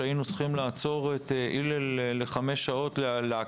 שצריך היה לעצור ולעכב את הלל לחקירה במשך חמש שעות?